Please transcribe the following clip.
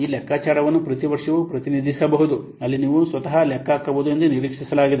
ಈ ಲೆಕ್ಕಾಚಾರವನ್ನು ಪ್ರತಿ ವರ್ಷವೂ ಪ್ರತಿನಿಧಿಸಬಹುದು ಅಲ್ಲಿ ನೀವು ಸ್ವತಃ ಲೆಕ್ಕ ಹಾಕಬಹುದು ಎಂದು ನಿರೀಕ್ಷಿಸಲಾಗಿದೆ